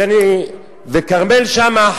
וכרמל שאמה,